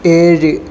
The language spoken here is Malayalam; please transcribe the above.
ഏഴ്